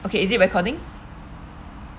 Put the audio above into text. okay is it recording